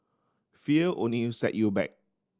fear only set you back